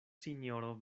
sinjoro